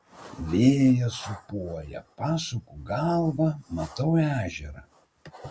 vėjas sūpuoja pasuku galvą matau ežerą